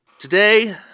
Today